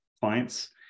clients